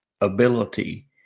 ability